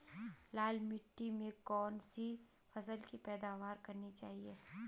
लाल मिट्टी में कौन सी फसल की पैदावार करनी चाहिए?